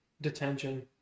detention